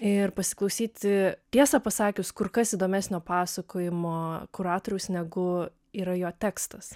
ir pasiklausyti tiesą pasakius kur kas įdomesnio pasakojimo kuratoriaus negu yra jo tekstas